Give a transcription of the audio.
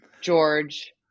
George